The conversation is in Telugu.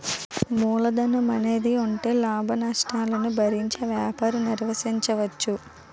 మూలధనం అనేది ఉంటే లాభనష్టాలను భరించే వ్యాపారం నిర్వహించవచ్చు